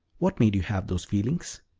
what made you have those feelings?